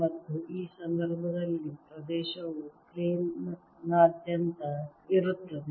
ಮತ್ತು ಈ ಸಂದರ್ಭದಲ್ಲಿ ಪ್ರದೇಶವು ಪ್ಲೇನ್ ನಾದ್ಯಂತ ಇರುತ್ತದೆ